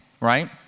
right